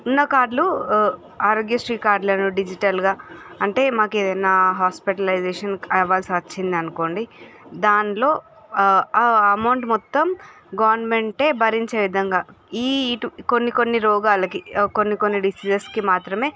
ఉన్న కార్డ్లు ఆరోగ్యశ్రీ కార్డులను డిజిటల్గా అంటే మాకు ఏదైనా హాస్పిటలైజేషన్ అవ్వల్సి వచ్చింది అనుకోండి దాన్లో ఆ అమౌంట్ మొత్తం గవర్నమెంటే భరించే విధంగా ఈ ఇటు కొన్ని కొన్ని రోగాలకి కొన్ని కొన్ని డిసీసెస్కి మాత్రమే